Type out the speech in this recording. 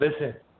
Listen